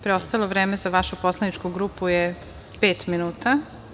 Preostalo vreme za vašu poslaničku grupu je pet minuta.